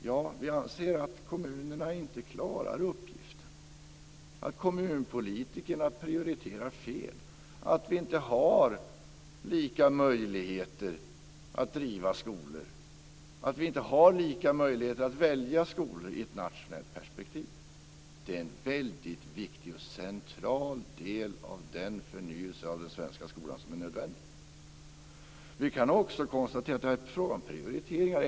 Ja, vi anser att kommunerna inte klarar uppgiften, att kommunpolitikerna prioriterar fel och att vi inte har lika möjligheter att driva skolor. Vi har inte lika möjligheter att välja skola i ett nationellt perspektiv. Det är en väldigt viktig och central del av den förnyelse av den svenska skolan som är nödvändig. Vi kan också konstatera att det är en fråga om prioriteringar.